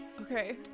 Okay